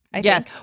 Yes